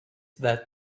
that